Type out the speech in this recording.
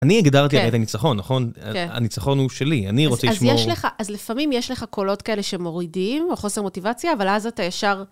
אני הגדרתי על ידי ניצחון, נכון? הניצחון הוא שלי, אני רוצה לשמור. אז לפעמים יש לך קולות כאלה שמורידים, או חוסר מוטיבציה, אבל אז אתה ישר...